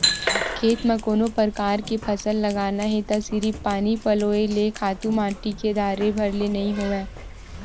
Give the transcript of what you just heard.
खेत म कोनो परकार के फसल लगाना हे त सिरिफ पानी पलोय ले, खातू माटी के डारे भर ले नइ होवय